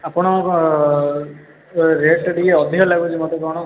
ଆପଣଙ୍କ ରେଟ୍ ଟା ଟିକେ ଅଧିକା ଲାଗୁଛି ମୋତେ କ'ଣ